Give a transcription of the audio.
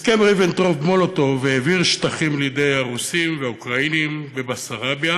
הסכם ריבנטרופ-מולוטוב העביר שטחים לידי הרוסים והאוקראינים בבסרביה,